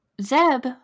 Zeb